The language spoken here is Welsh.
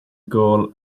gôl